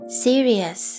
serious